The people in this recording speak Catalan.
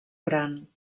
gran